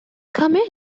come